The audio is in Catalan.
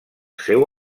seu